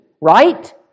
right